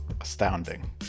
astounding